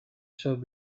showed